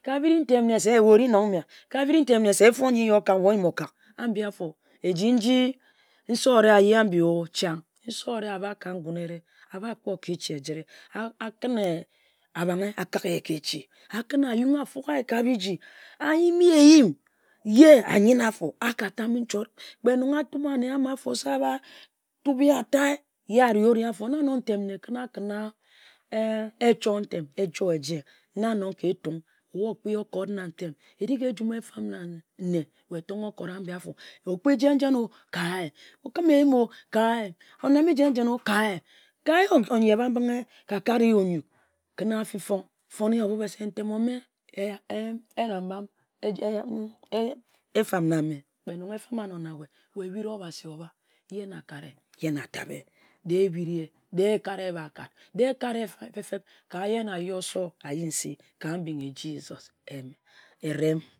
Ka-biri ntem se, efo nji nyi okak we o-yim okak an-ji afo eji-n-ji se-orle ayi an-ji-o chang. Nse orie abhe ka ngun a-bha kpor ka echi ejit-re. A kǝn a-junghe a-cabi-ye ca echi, a fork a-yung a me a-yim-mi-ye eyim, aka tame nchot kpe nong a-tom ane aba tobe ye atai, ye ari-ori afo na-nong ntem nne kǝn a kǝn-na echoi ntm-ne na nong ka Etung, o-bu okpi okot na nte erig ejum efam na ne, we tonghe okot am-bi afo-a-non okpi jen-jen-o, kai, okim eyim o-kai, ofonne jen-o, kai. Kai, kai oyeba-mbinghe ka kai onyuk. Kǝn afifiong foni ye ochi, se ntem-ome, ka wua n-do. Ka erang m-ba efam na-me. We bhiri Obasi o-ba, ye na akare, ye na atabe, de-e ehbiri-ye. De-e ekari ye ekub fe-feb ka ye na ari oso wo.